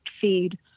feed